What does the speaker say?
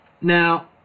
Now